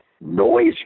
noise